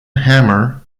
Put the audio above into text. hammer